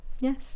Yes